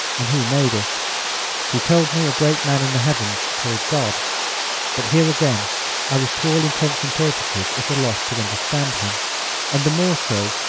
and who made it he told me a great man in the heavens, called god but here again i was to all intents and purposes at a loss to understand him and the more so,